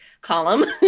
column